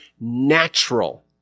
natural